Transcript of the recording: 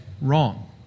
wrong